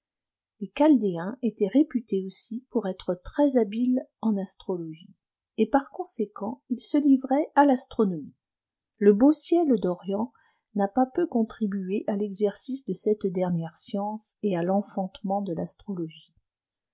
chaldéens étaient réputés aussi pour être très habiles en astrologie et par conséquent ils se livraient à l'astronomie le beau iel d'orient n'a pas peu contribué à l'exercice de cette dernfère sciçnce et à l'enfantement de l'astrologie